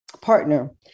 partner